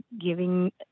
giving